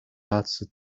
laatste